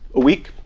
a week?